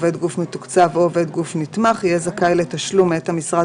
עובד גוף מתוקצב או עובד גוף נתמך יהיה זכאי לתשלום מאת המשרד